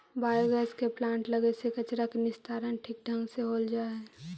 biogas के plant लगे से कचरा के निस्तारण ठीक ढंग से हो जा हई